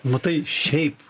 matai šiaip